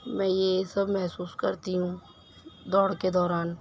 میں یہ سب محسوس کرتی ہوں دوڑ کے دوران